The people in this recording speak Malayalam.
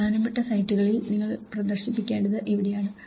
പ്രധാനപ്പെട്ട സൈറ്റുകളിൽ നിങ്ങൾ പ്രദർശിപ്പിക്കേണ്ടത് ഇവിടെയാണ്